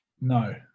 no